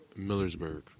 Millersburg